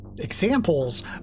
examples